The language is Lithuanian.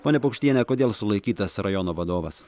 ponia paukštienė kodėl sulaikytas rajono vadovas